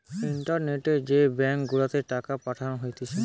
ইন্টারনেটে যে ব্যাঙ্ক গুলাতে টাকা পাঠানো হতিছে